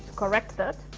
correct that.